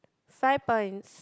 five points